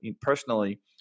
personally